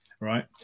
right